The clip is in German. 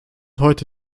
heute